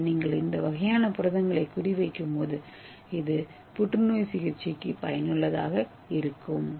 எனவே நீங்கள் இந்த வகையான புரதங்களை குறிவைக்கும்போது இது புற்றுநோய் சிகிச்சைக்கு பயனுள்ளதாக இருக்கும்